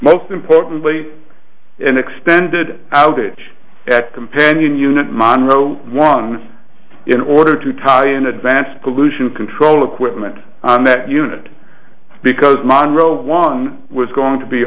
most importantly an extended outage at companion unit monro one in order to tie in advance pollution control equipment on that unit because monro one was going to be